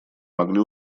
могли